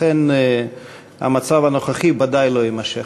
לכן המצב הנוכחי ודאי לא יימשך.